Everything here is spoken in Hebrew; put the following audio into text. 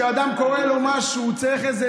כשאדם, קורה לו משהו, הוא צריך איזה